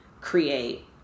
create